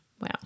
Wow